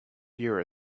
year